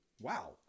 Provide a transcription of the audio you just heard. Wow